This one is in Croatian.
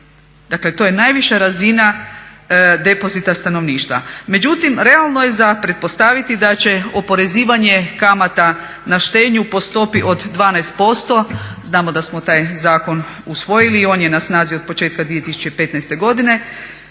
dakle to je najviša razina depozita stanovništva. Međutim, realno je za pretpostaviti da će oporezivanje kamata na štednju po stopi od 12%, znamo da smo taj zakon usvojili i on je na snazi od početka 2015. godine,